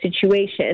situation